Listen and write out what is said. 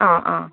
ആ ആ